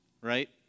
right